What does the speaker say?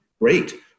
great